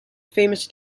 famous